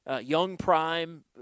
young-prime